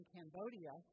Cambodia